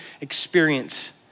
experience